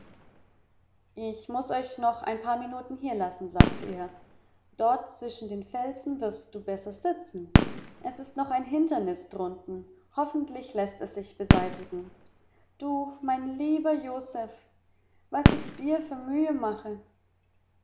ich muß euch noch ein paar minuten hierlassen sagte er dort zwischen den felsen wirst du besser sitzen es ist noch ein hindernis drunten hoffentlich läßt es sich beseitigen du mein lieber josef was ich dir für mühe mache